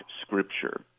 Scripture